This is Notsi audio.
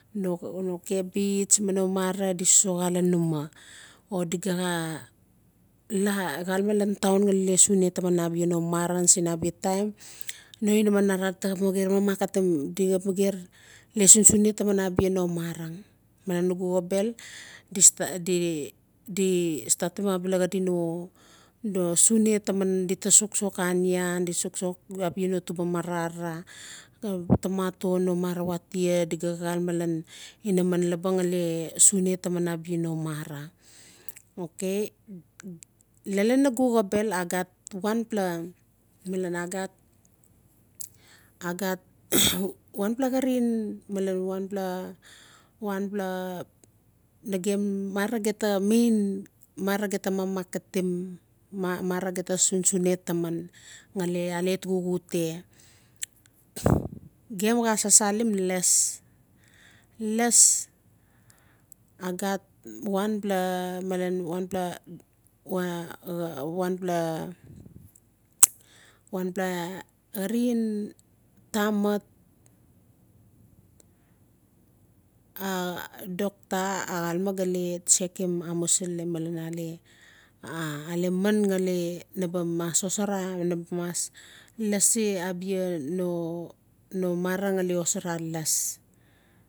No cabbage mi no mara di soxa lan uma o di ga la galeme lan town ngali sune taman a bia no marang sin abia taim no inaman araraa di taa xap marang mamaaket di taa xap marang sunsune taman a bia no marang malen nugu xobel di-di statim abel xaadi no sune taman di taa soxsxo anian soxsox a bia no tuba marang no tomato no mara watiaa o di xalame lan inamanlaba ngali sune taman a bia no mara okay lalan nugu xobel a gat wanpla xarin wanpla-wanpla nagem mara main mara gem taa mamaketim xuxute gem xaa sasalim las las a gatwanpla malan xarin tamat doctor xaleme tsekim amusili malen a lee a man xale na mas xosara o na mas lasi a bia no mara inaa xosara lasi.